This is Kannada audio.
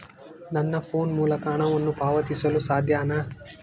ನನ್ನ ಫೋನ್ ಮೂಲಕ ಹಣವನ್ನು ಪಾವತಿಸಲು ಸಾಧ್ಯನಾ?